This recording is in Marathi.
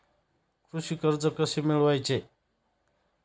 कृषी कर्ज कसे मिळवायचे?